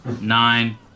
Nine